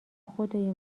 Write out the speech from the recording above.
خدای